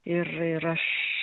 ir ir aš